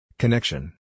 Connection